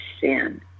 sin